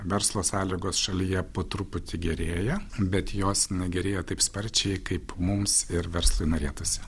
verslo sąlygos šalyje po truputį gerėja bet jos negerėja taip sparčiai kaip mums ir verslui norėtųsi